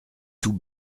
tout